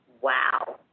Wow